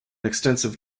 extensive